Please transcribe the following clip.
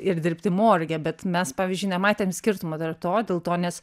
ir dirbti morge bet mes pavyzdžiui nematėm skirtumo tarp to dėl to nes